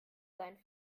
sein